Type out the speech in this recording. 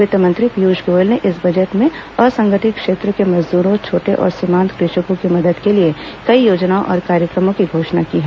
वित्त मंत्री पीयूष गोयल ने इस बजट में असंगठित क्षेत्र के मजदूरों छोटे और सीमान्त कृषकों की मदद के लिए कई योजनाओं और कार्यक्रमों की घोषणा की है